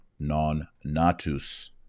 Nonnatus